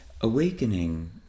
Awakening